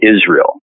Israel